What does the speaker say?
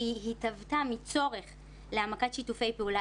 והיא התהוותה מצורך להעמקת שיתופי פעולה